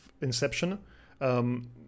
inception